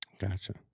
Gotcha